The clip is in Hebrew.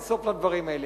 הרי אין סוף לדברים האלה.